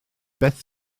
beth